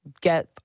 get